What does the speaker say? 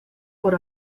por